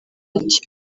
ati